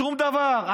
שום דבר.